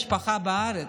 משפחה בארץ.